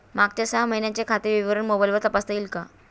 मागच्या सहा महिन्यांचे खाते विवरण मोबाइलवर तपासता येईल का?